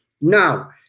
Now